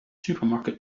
supermarket